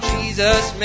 Jesus